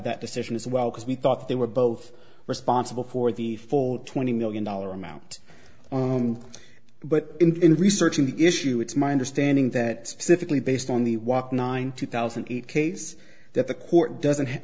that decision as well because we thought they were both responsible for the full twenty million dollar amount on but in researching the issue it's my understanding that specifically based on the walk nine two thousand case that the court doesn't